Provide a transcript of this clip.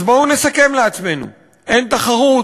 אז בואו נסכם לעצמנו: אין תחרות,